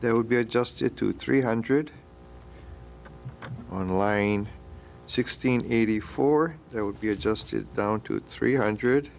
there would be adjusted to three hundred on line sixteen eighty four that would be adjusted down to three hundred